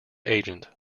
agent